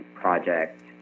project